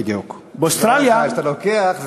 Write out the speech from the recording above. אבל אם אתה לוקח,